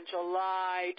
July